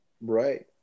Right